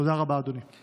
תודה רבה, אדוני.